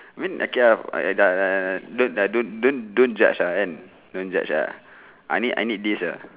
I mean I can have I have got uh don't uh don't don't don't judge uh and don't judge uh I need I need this ah